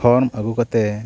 form ᱟᱹᱜᱩ ᱠᱟᱛᱮᱫ